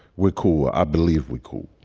we're cool i believe we cool.